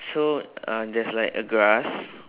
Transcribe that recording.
so uh there's like a grass